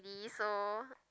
is so